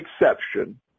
exception